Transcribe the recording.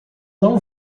não